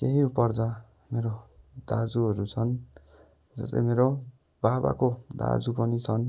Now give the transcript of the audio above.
केही पर्दा मेरो दाजुहरू छन् जो चाहिँ मेरो बाबाको दाजु पनि छन्